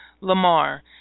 Lamar